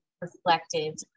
reflected